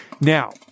Now